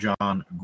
John